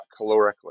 calorically